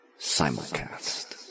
Simulcast